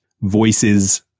voices